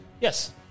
Yes